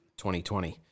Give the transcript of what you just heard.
2020